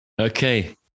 Okay